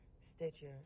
Stitcher